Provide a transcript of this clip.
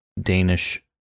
Danish